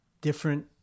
different